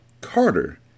Carter